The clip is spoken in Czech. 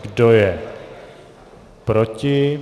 Kdo je proti?